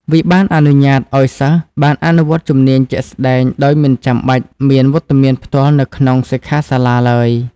វាបានអនុញ្ញាតឱ្យសិស្សបានអនុវត្តជំនាញជាក់ស្តែងដោយមិនចាំបាច់មានវត្តមានផ្ទាល់នៅក្នុងសិក្ខាសាលាឡើយ។